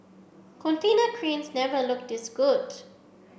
container cranes never looked this good